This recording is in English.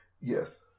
Yes